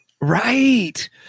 right